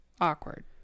awkward